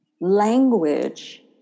language